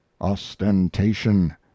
OSTENTATION